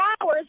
hours